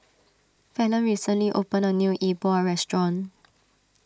Fallon recently opened a new E Bua restaurant